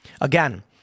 Again